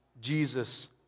Jesus